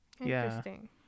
interesting